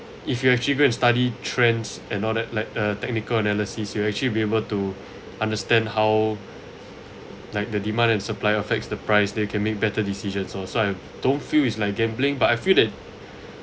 if you actually go and study trends and all that like a technical analyses you actually be able to understand how like the demand and supply affects the price they can make better decisions orh so I don't feel it's like gambling but I feel that